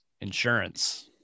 insurance